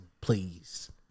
please